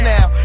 Now